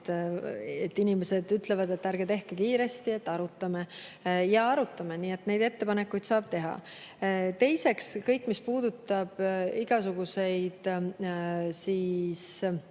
sest inimesed ütlevad, et ärge tehke kiiresti, arutame. Ja arutame. Neid ettepanekuid saab teha. Teiseks, kõik, mis puudutab igasuguseid